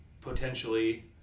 potentially